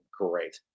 great